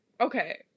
Okay